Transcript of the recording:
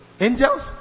Angels